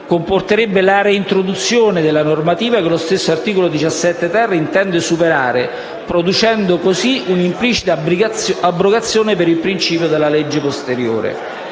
comporterebbe la reintroduzione della normativa che lo stesso articolo 17-*ter* intende superare, producendo così un'implicita abrogazione per il principio della legge posteriore.